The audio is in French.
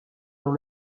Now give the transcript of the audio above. dans